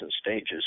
stages